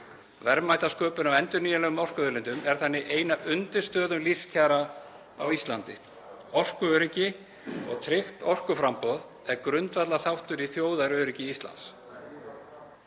Verðmætasköpun af endurnýjanlegum orkuauðlindum er þannig ein af undirstöðum lífskjara á Íslandi. Orkuöryggi og tryggt orkuframboð er grundvallarþáttur í þjóðaröryggi Íslands.